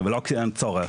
ולא כי אין צורך,